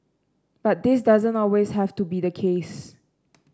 but this doesn't always have to be the case